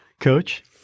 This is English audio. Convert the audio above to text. Coach